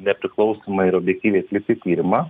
nepriklausomai ir objektyviai atlikti tyrimą